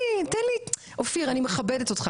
אופיר אני מכבדת אותך.